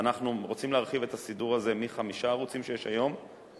ואנחנו רוצים להרחיב את הסידור הזה מחמישה ערוצים שיש בהם היום